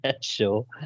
sure